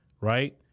Right